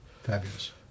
fabulous